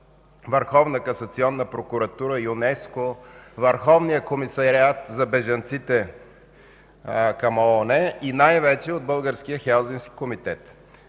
Върховната касационна прокуратура, ЮНЕСКО, Върховния комисариат за бежанците към ООН и най-вече Българския хелзинкски комитет.